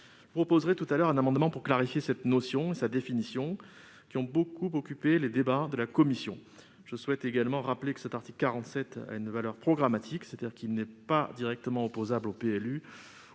Je proposerai tout à l'heure un amendement pour clarifier cette notion et sa définition, qui ont beaucoup occupé les débats de la commission. Je souhaite également rappeler que l'article 47 a une valeur programmatique, c'est-à-dire qu'il n'est pas directement opposable au PLU